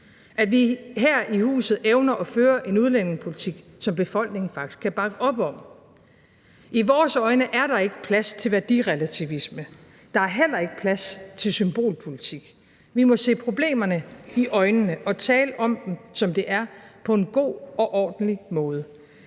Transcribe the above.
at vi her i huset evner at føre en udlændingepolitik, som befolkningen faktisk kan bakke op om. I vores øjne er der ikke plads til værdirelativisme, der er heller ikke plads til symbolpolitik. Vi må se problemerne i øjnene og tale om dem, som det er, på en god og ordentlig måde.